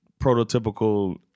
prototypical